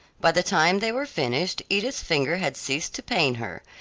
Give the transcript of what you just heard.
by the time they were finished edith's finger had ceased to pain her,